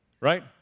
right